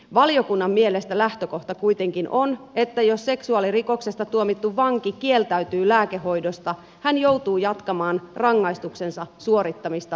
valiokunnan mielestä lähtökohta kuitenkin on että jos seksuaalirikoksesta tuomittu vanki kieltäytyy lääkehoidosta hän joutuu jatkamaan rangaistuksensa suorittamista vankilassa